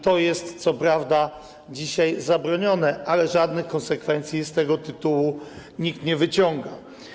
To jest co prawda dzisiaj zabronione, ale żadnych konsekwencji z tego tytułu nikt nie wyciąga.